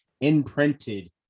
imprinted